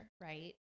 right